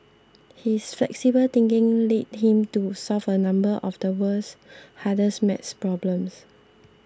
his flexible thinking led him to solve a number of the world's hardest math problems